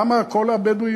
למה כל הבדואים,